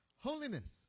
Holiness